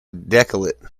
decollete